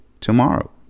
tomorrow